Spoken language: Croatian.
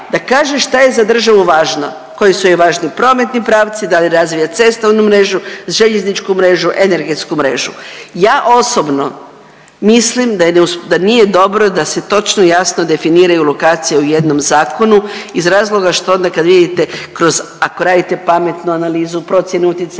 Da kaže šta je za državu važno, koji su joj važni prometni pravci, da li razvija cestovnu mrežu, željezničku mrežu, energetsku mrežu. Ja osobno mislim da nije dobro da se točno i jasno definiraju lokacije u jednom zakonu iz razloga što onda kad vidite kroz, ako radite pametnu analizu, procjenu